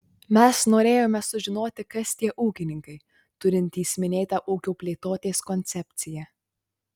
mes norėjome sužinoti kas tie ūkininkai turintys minėtą ūkio plėtotės koncepciją